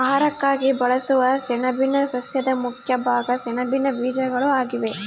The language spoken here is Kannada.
ಆಹಾರಕ್ಕಾಗಿ ಬಳಸುವ ಸೆಣಬಿನ ಸಸ್ಯದ ಮುಖ್ಯ ಭಾಗ ಸೆಣಬಿನ ಬೀಜಗಳು ಆಗಿವೆ